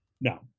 No